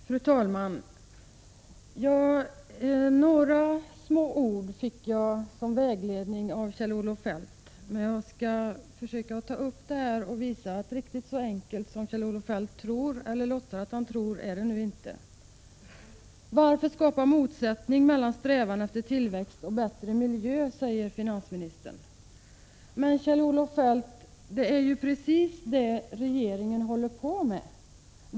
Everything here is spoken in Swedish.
Fru talman! Några små ord fick jag som vägledning av Kjell-Olof Feldt, men jag skall försöka visa att riktigt så enkelt som han tror eller låtsas tro är det inte. Varför skapa motsättning mellan strävan efter tillväxt och bättre miljö? frågar finansministern. Men, Kjell-Olof Feldt, det är ju precis det regeringen håller på med.